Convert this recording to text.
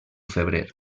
febrer